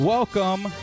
Welcome